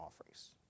offerings